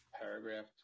paragraph